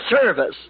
service